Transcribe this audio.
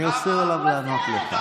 אני אוסר עליו לענות לך.